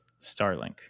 Starlink